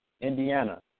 Indiana